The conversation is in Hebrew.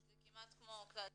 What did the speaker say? זה כמעט כמו כלל צה"ל.